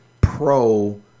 pro